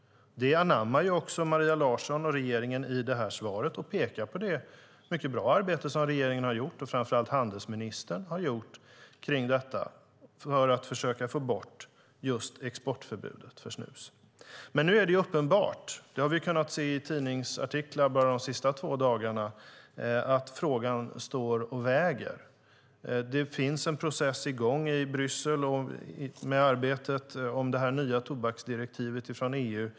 Detta anammar också Maria Larsson och regeringen i svaret och pekar på det mycket bra arbete regeringen och framför allt handelsministern har gjort kring detta för att försöka få bort just exportförbudet för snus. Nu är det dock uppenbart - det har vi kunnat se i tidningsartiklar bara de senaste två dagarna - att frågan står och väger. Det finns en process i gång i Bryssel med arbetet med det nya tobaksdirektivet från EU.